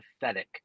pathetic